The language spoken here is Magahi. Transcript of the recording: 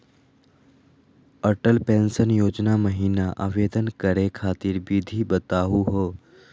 अटल पेंसन योजना महिना आवेदन करै खातिर विधि बताहु हो?